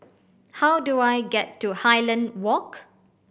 how do I get to Highland Walk